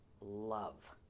love